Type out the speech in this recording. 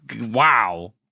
wow